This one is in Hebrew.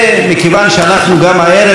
ומכיוון שאנחנו הערב,